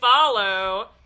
follow